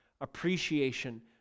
appreciation